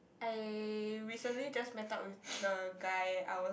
I recently just met up with the guy I was